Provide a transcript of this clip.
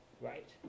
right